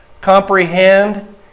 comprehend